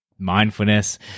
Mindfulness